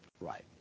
right